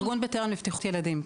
ארגון בטרם לבטיחות ילדים,